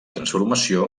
transformació